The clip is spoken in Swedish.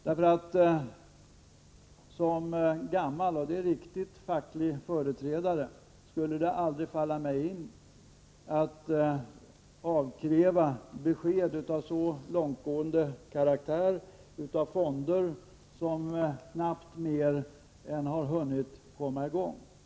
Som gammal facklig företrädare — det är riktigt att jag är det — skulle det aldrig falla mig in att kräva besked av så långtgående karaktär av fonder som knappt har hunnit mer än att komma i gång.